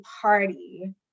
party